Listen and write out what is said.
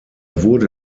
wurde